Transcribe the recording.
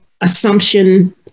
assumption